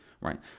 right